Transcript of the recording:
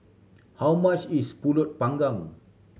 how much is Pulut Panggang